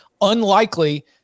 unlikely